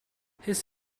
his